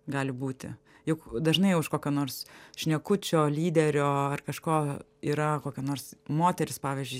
gali būti juk dažnai už kokio nors šnekučio lyderio ar kažko yra kokia nors moteris pavyzdžiui